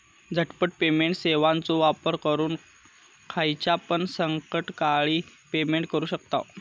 झटपट पेमेंट सेवाचो वापर करून खायच्यापण संकटकाळी पेमेंट करू शकतांव